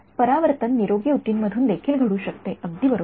परावर्तन निरोगी ऊतींमधून देखील होऊ शकते अगदी बरोबर